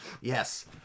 Yes